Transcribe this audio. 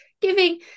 giving